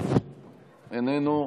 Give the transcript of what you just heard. איננו,